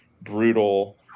brutal